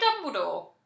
Dumbledore